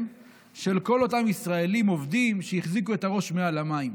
של כל אותם ישראלים עובדים שהחזיקו את הראש מעל המים.